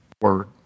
word